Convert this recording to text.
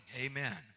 Amen